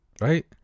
Right